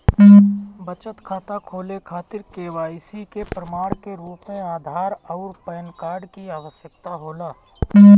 बचत खाता खोले खातिर के.वाइ.सी के प्रमाण के रूप में आधार आउर पैन कार्ड की आवश्यकता होला